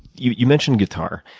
you you mentioned guitar.